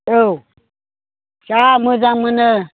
औ जा मोजां मोनो